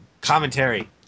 Commentary